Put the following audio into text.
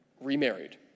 remarried